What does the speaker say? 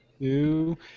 Two